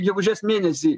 gegužės mėnesį